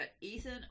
Ethan